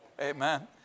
Amen